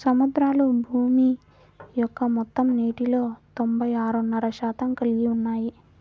సముద్రాలు భూమి యొక్క మొత్తం నీటిలో తొంభై ఆరున్నర శాతం కలిగి ఉన్నాయి